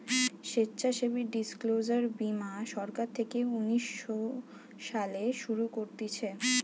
স্বেচ্ছাসেবী ডিসক্লোজার বীমা সরকার থেকে উনিশ শো সালে শুরু করতিছে